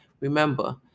Remember